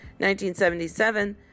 1977